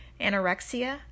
anorexia